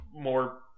more